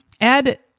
Ed